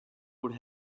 would